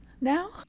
now